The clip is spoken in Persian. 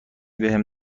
بهم